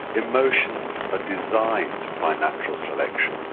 emotions are designed by natural selection,